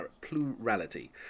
plurality